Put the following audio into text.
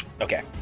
Okay